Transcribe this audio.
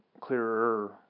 clearer